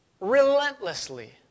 relentlessly